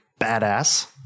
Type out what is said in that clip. badass